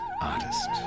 artist